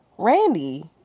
Randy